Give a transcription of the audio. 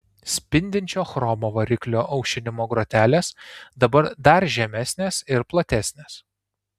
spindinčio chromo variklio aušinimo grotelės dabar dar žemesnės ir platesnės